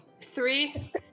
Three